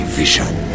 vision